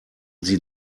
sie